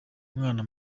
umwana